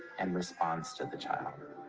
and response to the chopper.